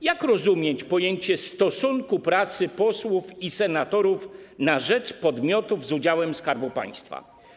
Jak rozumieć pojęcie stosunku pracy posłów i senatorów na rzecz podmiotów z udziałem Skarbu Państwa?